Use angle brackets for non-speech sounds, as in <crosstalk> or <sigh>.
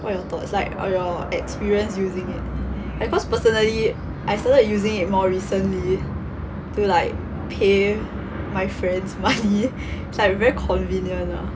what are your thoughts like or your experience using it because personally I started using it more recently to like pay my friends money <laughs> it's like very convenient lah